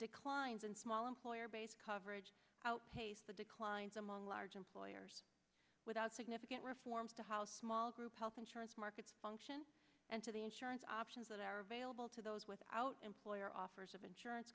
declines in small employer based coverage outpaced the declines among large employers without significant reforms to how small group health insurance markets function and to the insurance options that are available to those without employer offers of insurance